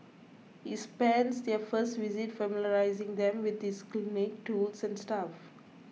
he spends their first visit familiarising them with his clinic tools and staff